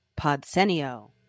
Podsenio